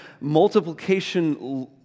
multiplication